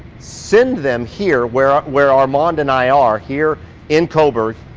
send them here where ah where armand and i are, here in coburg,